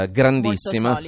grandissima